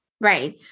Right